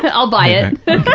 but i'll buy it.